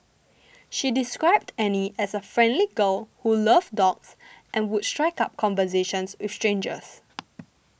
she described Annie as a friendly girl who loved dogs and would strike up conversations with strangers